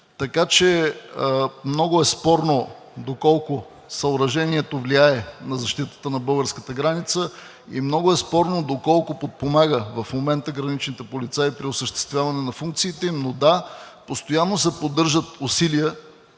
Така че много е спорно доколко съоръжението влияе на защитата на българската граница и много е спорно доколко подпомага в момента граничните полицаи при осъществяване на функциите им, но да, постоянно се поддържат усилия